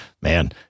man